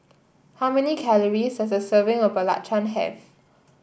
how many calories does a serving of Belacan have